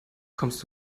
kommst